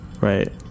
Right